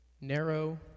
narrow